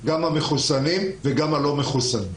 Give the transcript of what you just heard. גם למחוסנים וגם ללא-מחוסנים.